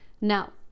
now